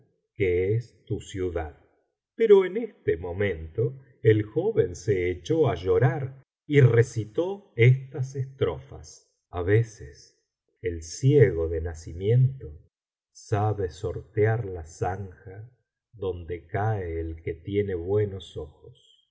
que es tu ciudad pero en este momento el joven se echó á llorar y recitó estas estrofas a veces el ciego el ciego de nacimiento sabe sortear la zanja donde cae el que tiene buenos ojos